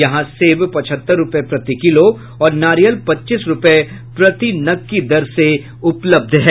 यहां सेब पचहत्तर रूपये प्रति किलो और नारियल पच्चीस रूपये प्रति नग की दर से उपलब्ध है